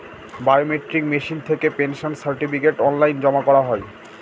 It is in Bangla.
বায়মেট্রিক মেশিন থেকে পেনশন সার্টিফিকেট অনলাইন জমা করা হয়